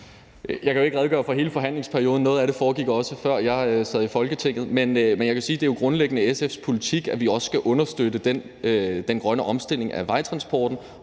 Jeg kan jo ikke redegøre for hele forhandlingsperioden, og noget af det foregik også, før jeg sad i Folketinget. Men jeg kan jo sige, at det grundlæggende er SF's politik, at vi skal understøtte den grønne omstilling af vejtransporten